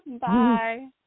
Bye